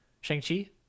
Shang-Chi